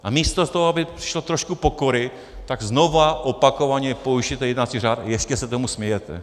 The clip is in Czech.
A místo toho, aby přišlo trošku pokory, tak znovu, opakovaně porušujete jednací řád a ještě se tomu smějete.